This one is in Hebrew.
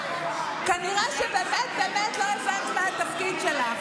כנראה שבאמת באמת לא הבנת מה התפקיד שלך.